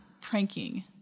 pranking